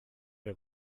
wer